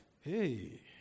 Hey